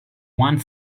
one